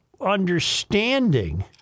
understanding